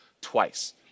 twice